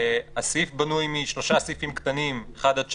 הסעיף בנוי משלושה סעיפים קטנים, (1) עד (3),